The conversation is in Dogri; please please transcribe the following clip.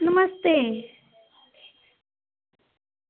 नमस्ते